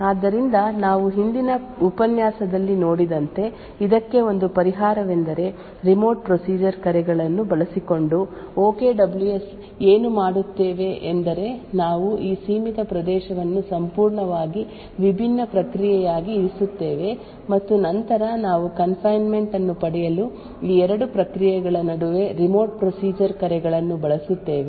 ಆದ್ದರಿಂದ ನಾವು ಹಿಂದಿನ ಉಪನ್ಯಾಸದಲ್ಲಿ ನೋಡಿದಂತೆ ಇದಕ್ಕೆ ಒಂದು ಪರಿಹಾರವೆಂದರೆ ರಿಮೋಟ್ ಪ್ರೊಸೀಜರ್ ಕರೆಗಳನ್ನು ಬಳಸಿಕೊಂಡು ಓ ಕೆ ಡಬ್ಲ್ಯೂ ಎಸ್ ಏನು ಮಾಡುತ್ತೇವೆ ಎಂದರೆ ನಾವು ಈ ಸೀಮಿತ ಪ್ರದೇಶವನ್ನು ಸಂಪೂರ್ಣವಾಗಿ ವಿಭಿನ್ನ ಪ್ರಕ್ರಿಯೆಯಾಗಿ ಇರಿಸುತ್ತೇವೆ ಮತ್ತು ನಂತರ ನಾವು ಕನ್ ಫೈನ್ಮೆಂಟ್ ಅನ್ನು ಪಡೆಯಲು ಈ ಎರಡು ಪ್ರಕ್ರಿಯೆಗಳ ನಡುವೆ ರಿಮೋಟ್ ಪ್ರೊಸೀಜರ್ ಕರೆಗಳನ್ನು ಬಳಸುತ್ತೇವೆ